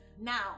Now